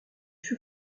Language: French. fut